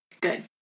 Good